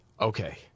okay